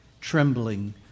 trembling